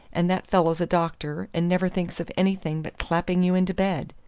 and that fellow's a doctor, and never thinks of anything but clapping you into bed.